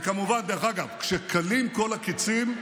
וכמובן, דרך אגב, כשכלים כל הקיצים,